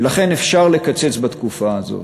ולכן אפשר לקצץ בתקופה הזאת.